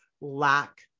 lack